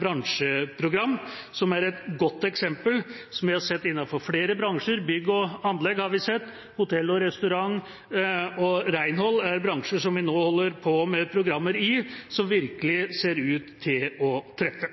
bransjeprogram som er et godt eksempel, som vi har sett innenfor flere bransjer. Innenfor bygg og anlegg har vi sett det, og hotell og restaurant og reinhold er bransjer hvor vi nå holder på med programmer, som virkelig ser ut til å treffe.